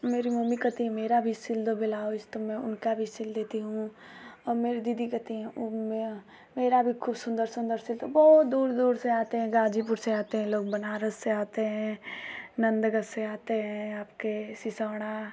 मेरी मम्मी कहती हैं मेरा भी सिल दो बेलाउज तो मैं उनका भी सिल देती हूँ और मेरी दीदी कहती हैं उममें मेरा भी खुब सुंदर सुंदर सिल दो बहुत दूर दूर से आते हैं गाजीपुर से आते हैं लोग बनारस से आते हैं नंदगज से आते हैं आपके सिसौंड़ा